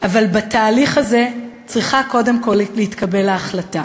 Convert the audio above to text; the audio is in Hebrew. אבל בתהליך הזה צריכה קודם כול להתקבל ההחלטה.